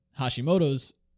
Hashimoto's